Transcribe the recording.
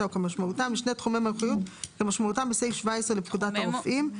"כמשמעותם" כמשמעותם בסעיף 17 לפקודת הרופאים,